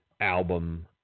album